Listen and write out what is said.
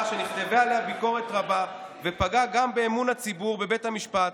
שנכתבה עליה ביקורת רבה ופגעה גם באמון הציבור בבית המשפט,